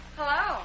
Hello